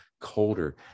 colder